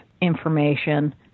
information